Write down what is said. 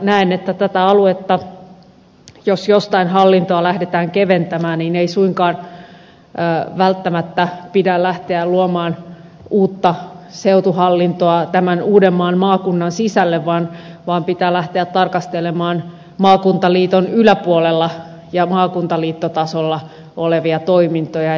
näen että tällä alueella jos jostain hallintoa lähdetään keventämään niin ei suinkaan välttämättä pidä lähteä luomaan uutta seutuhallintoa tämän uudenmaan maakunnan sisälle vaan pitää lähteä tarkastelemaan maakuntaliiton yläpuolella ja maakuntaliittotasolla olevia toimintoja